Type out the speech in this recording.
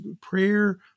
prayer